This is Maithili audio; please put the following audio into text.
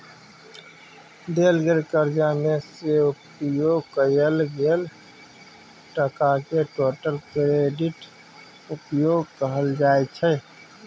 देल गेल करजा मे सँ उपयोग कएल गेल टकाकेँ टोटल क्रेडिट उपयोग कहल जाइ छै